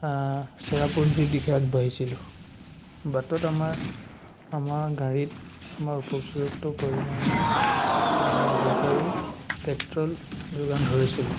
চেৰাপুঞ্জীৰ দিশে আগবাঢ়িছিলোঁ বাটত আমাৰ আমাৰ গাড়ীত আমাৰ উপযুক্ত পৰিমাণৰ দৰকাৰী পেট্ৰল যোগান ধৰিছিলোঁ